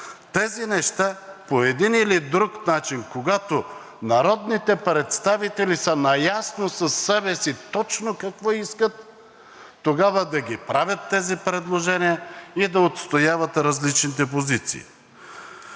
Тези неща по един или друг начин, когато народните представители са наясно със себе си точно какво искат, тогава да ги правят тези предложения и да отстояват различните позиции.